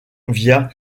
via